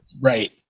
Right